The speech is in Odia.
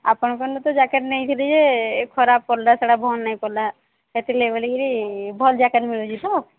ଆପଣଙ୍କର ତ ଜ୍ୟାକେଟ୍ ନେଇଥିଲି ଯେ ଏଇ ଖରାପ ପଡ଼ିଲା ସେଟା ଭଲ ନାଇଁ ପଡ଼ିଲା ସେଥିର ଲାଗି ବୋଲିକିରି ଭଲ ଜ୍ୟାକେଟ୍ ମିଳୁଛି ତ